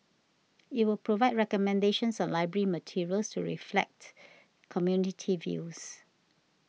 it will provide recommendations on library materials to reflect community views